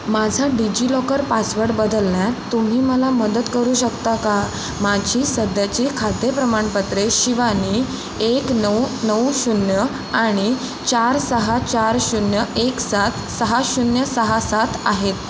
माझा DigiLocker password बदलण्यात तुम्ही मला मदत करू शकता का माझी सध्याची खाते प्रमाणपत्रे शिवानी एक नऊ नऊ शून्य आणि चार सहा चार शून्य एक सात सहा शून्य सहा सात आहेत